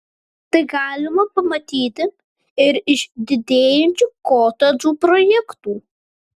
tai galima pamatyti ir iš didėjančių kotedžų projektų